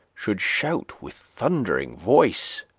should shout with thundering voice,